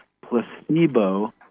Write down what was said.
placebo